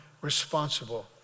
responsible